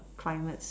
climates